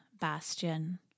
Bastion